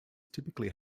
typically